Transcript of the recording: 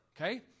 Okay